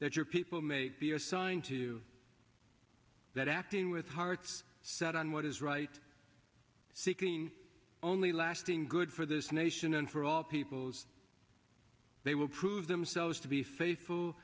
that your people may be assigned to that acting with hearts set on what is right seeking only lasting good for this nation and for all peoples they will prove themselves to be faithful